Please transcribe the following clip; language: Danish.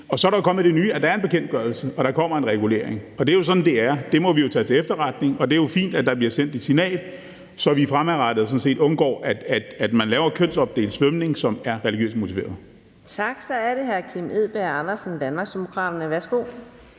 Så er der kommet det nye, at der er en bekendtgørelse, og at der kommer en regulering. Det er sådan det er, og det må vi tage til efterretning, og det er jo fint, at der bliver sendt et signal, så vi fremadrettet sådan set undgår, at man laver kønsopdelt svømning, som er religiøst motiveret. Kl. 14:29 Anden næstformand (Karina Adsbøl): Tak. Så er det hr. Kim Edberg Andersen, Danmarksdemokraterne. Værsgo.